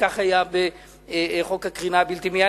כך היה בחוק הקרינה הבלתי-מייננת,